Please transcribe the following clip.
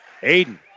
Aiden